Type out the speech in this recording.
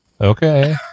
Okay